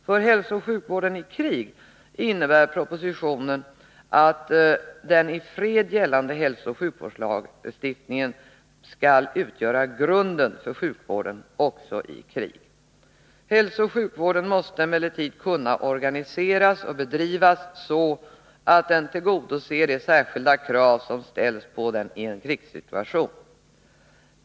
För hälsooch sjukvården i krig innebär proposition 1981/82:97 att den i fred gällande hälsooch sjukvårdslagstiftningen m.m. skall utgöra grunden för sjukvården också i krig. Hälsooch sjukvården måste emellertid kunna organiseras och bedrivas så, att den tillgodoser de särskilda krav som ställs på den i en krigssituation.